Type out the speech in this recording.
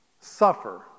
suffer